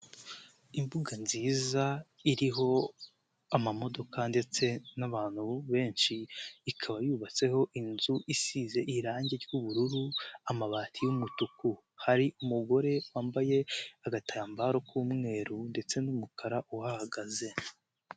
Imbuga nziza iriho amamodoka ndetse n'abantu benshi, ikaba yubatseho inzu isize irangi ry'ubururu, amabati y'umutuku, hari umugore wambaye agatambaro k'umweru ndetse n'umukara uhahagaze.